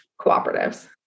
cooperatives